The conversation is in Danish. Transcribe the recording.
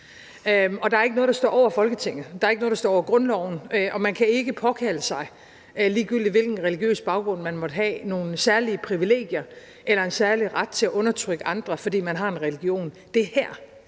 Der er ikke noget, der står over Folketinget. Der er ikke noget, der står over grundloven, og man kan ikke påkalde sig, ligegyldigt hvilken religiøs baggrund man måtte have, nogen særlige privilegier eller en særlig ret til at undertrykke andre, fordi man har en religion. Det er her